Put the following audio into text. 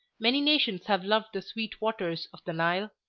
many nations have loved the sweet waters of the nile,